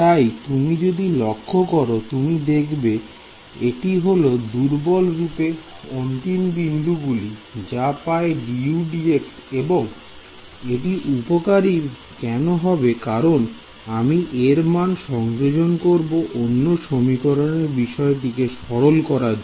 তাই তুমি যদি লক্ষ করো তুমি দেখবে এটি হলো দুর্বল রূপে অন্তিম বিন্দুগুলি যা পায় dUdx এবং এটি উপকারী হবে কারণ আমি এর মান সংযোজন করব অন্য সমীকরণে বিষয়টিকে সরল করার জন্য